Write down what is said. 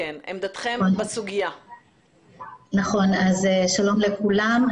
שלום לכולם.